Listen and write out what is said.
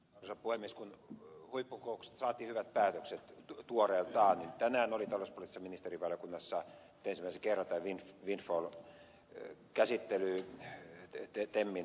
kun huippukokouksesta saatiin hyvät päätökset tuoreeltaan niin tänään oli talouspoliittisessa ministerivaliokunnassa nyt ensimmäisen kerran tämä windfall käsittely temmin valmistelun pohjalta